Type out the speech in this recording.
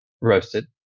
roasted